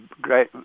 great